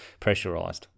pressurised